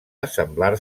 assemblar